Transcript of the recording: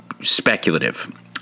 speculative